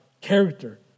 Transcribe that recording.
character